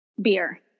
Beer